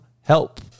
help